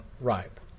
ripe